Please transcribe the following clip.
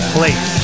Place